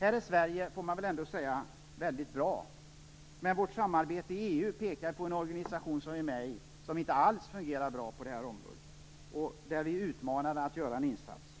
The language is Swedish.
Här är Sverige, får man väl ändå säga, väldigt bra. Men vårt samarbete i EU pekar på en organisation som vi är med i och som inte alls fungerar bra på det här området. Där är vi utmanade att göra en insats.